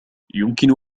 يمكن